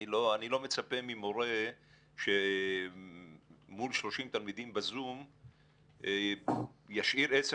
אני לא מצפה ממורה שמול 30 תלמידים בזום ישאיר עשר